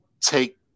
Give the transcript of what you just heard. take